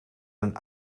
een